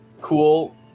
Cool